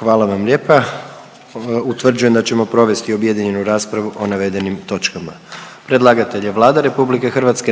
Hvala vam lijepa. Utvrđujem da ćemo provesti objedinjenu raspravu o navedenim točkama. Predlagatelj je Vlada RH